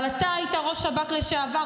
אבל אתה היית ראש שב"כ לשעבר,